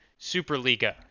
Superliga